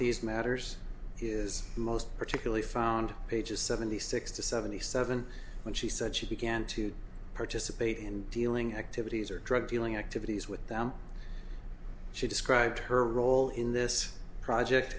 these matters is most particularly found pages seventy six to seventy seven when she said she began to participate in dealing activities or drug dealing activities with them she described her role in this project